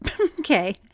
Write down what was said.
Okay